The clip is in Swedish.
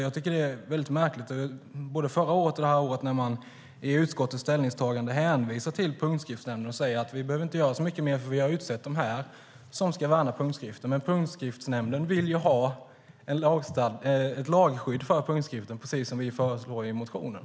Jag tycker att det är märkligt när man både förra året och i år i utskottets ställningstagande hänvisar till Punktskriftsnämnden och säger: Vi behöver inte göra så mycket mer, för vi har utsett denna nämnd som ska värna punktskriften! Men Punktskriftsnämnden vill ha ett lagskydd för punktskriften, precis som vi föreslår i motionen.